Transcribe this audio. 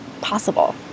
possible